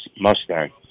Mustang